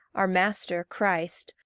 our master, christ,